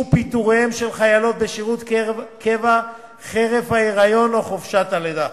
פיטוריהן של חיילות בשירות קבע חרף ההיריון או חופשת הלידה.